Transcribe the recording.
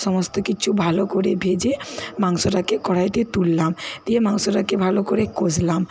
সমস্ত কিচ্ছু ভালো করে ভেজে মাংসটাকে কড়াইতে তুললাম দিয়ে মাংসটাকে ভালো করে কষলাম